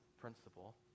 principle